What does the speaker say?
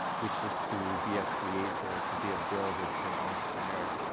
which is to be a creator, to be a builder, to be an entrepreneur.